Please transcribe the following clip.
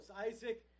Isaac